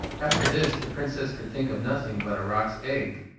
after this the princess could think of nothing but a roc's egg,